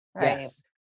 yes